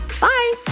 Bye